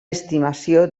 estimació